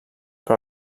però